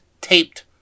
taped